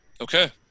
Okay